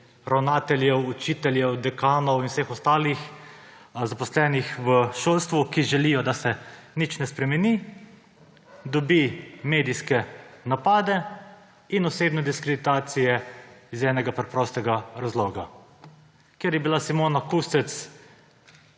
ravnateljev, učiteljev, dekanov in vseh ostalih zaposlenih v šolstvu, ki želijo, da se nič ne spremeni, dobi medijske napade in osebne diskreditacije iz enega preprostega razloga. Ker je bila Simona Kustec,